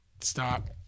stop